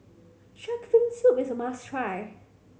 shark fin soup is a must try